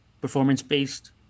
performance-based